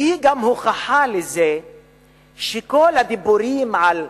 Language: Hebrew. והיא גם הוכחה לזה שכל הדיבורים על "מאוחדת"